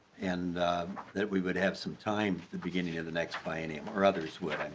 and that we would have some time the beginning of the next biennium are others where